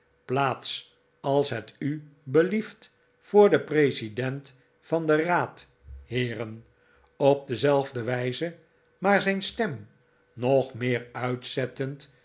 plaats als het u belieft voor den president van den raad heerenl op dezelfde wijze maar zijn stem nog meer uitzettend